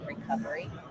recovery